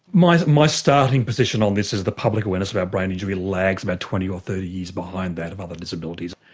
my my starting position on this is the public awareness about brain injury lags about twenty or thirty years behind that of other disabilities.